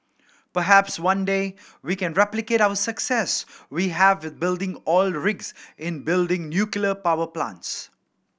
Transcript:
perhaps one day we can replicate our success we have with building oil rigs in building nuclear power plants